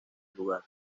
lugar